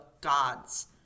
gods